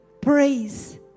Praise